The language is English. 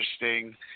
interesting